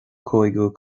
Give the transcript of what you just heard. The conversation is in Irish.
cúigiú